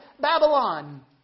Babylon